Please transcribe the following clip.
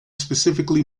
specifically